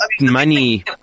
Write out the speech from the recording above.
money